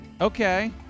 Okay